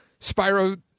spyro